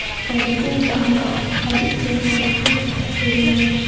ᱠᱟᱹᱨᱤᱜᱚᱞ ᱠᱚᱦᱚᱸ ᱟᱹᱰᱤ ᱪᱮᱦᱨᱟ ᱜᱮᱠᱚ ᱥᱮᱨᱮᱧᱟ